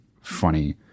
funny